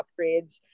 upgrades